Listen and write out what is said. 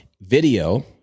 video